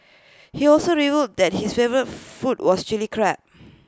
he also revealed that his favourite food was Chilli Crab